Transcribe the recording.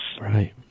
Right